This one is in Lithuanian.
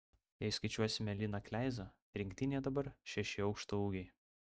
jei skaičiuosime liną kleizą rinktinėje dabar šeši aukštaūgiai